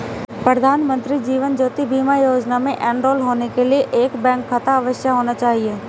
प्रधानमंत्री जीवन ज्योति बीमा योजना में एनरोल होने के लिए एक बैंक खाता अवश्य होना चाहिए